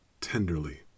tenderly